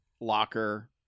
locker